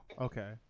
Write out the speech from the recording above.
Okay